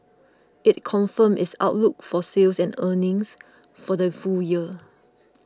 it confirmed its outlook for sales and earnings for the full year